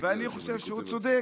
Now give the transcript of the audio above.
ואני חושב שהוא צודק.